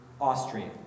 Austrian